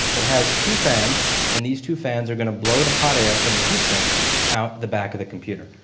it has two fans and these two fans are going to blow the hot air from the heatsink out the back of the computer.